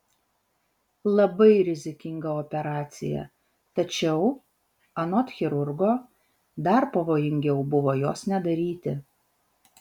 labai rizikinga operacija tačiau anot chirurgo dar pavojingiau buvo jos nedaryti